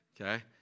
okay